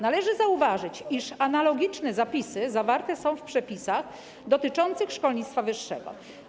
Należy zauważyć, iż analogiczne zapisy zawarte są w przepisach dotyczących szkolnictwa wyższego.